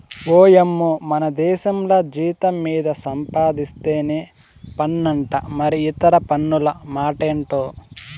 ఓయమ్మో మనదేశంల జీతం మీద సంపాధిస్తేనే పన్నంట మరి ఇతర పన్నుల మాటెంటో